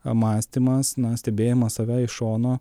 mąstymas na stebėjimas save iš šono